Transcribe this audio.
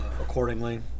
accordingly